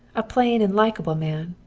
a plain and likable man,